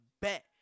bet